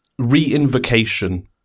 reinvocation